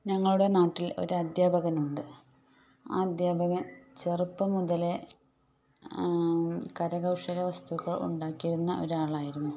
ഞങ്ങളുടെ നാട്ടിൽ ഒരദ്ധ്യാപകനുണ്ട് ആ അദ്ധ്യാപകൻ ചെറുപ്പം മുതലേ കര കൗശല വസ്തുക്കൾ ഉണ്ടാക്കിയിരുന്ന ഒരാളായിരുന്നു